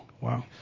Wow